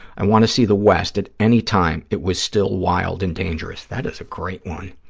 i want to see the west at any time it was still wild and dangerous. that is a great one.